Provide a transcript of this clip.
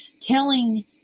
telling